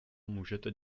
můžete